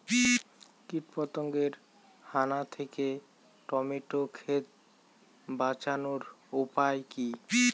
কীটপতঙ্গের হানা থেকে টমেটো ক্ষেত বাঁচানোর উপায় কি?